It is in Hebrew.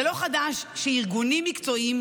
זה לא חדש שארגונים מקצועיים,